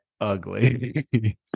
ugly